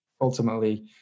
ultimately